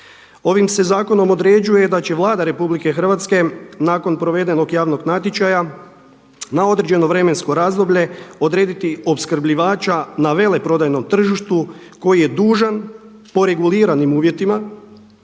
Ovim se zakonom određuje da će Vlada RH nakon provedenog javnog natječaja na određeno vremensko razdoblje odrediti opskrbljivača na veleprodajnom tržištu koji je dužan po reguliranim uvjetima